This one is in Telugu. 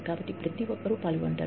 కాబట్టి ప్రతి ఒక్కరూ పాల్గొంటారు